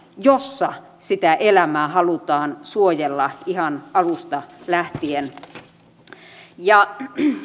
jossa sitä elämää halutaan suojella ihan alusta lähtien